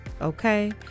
Okay